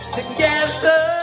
Together